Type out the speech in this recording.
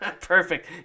Perfect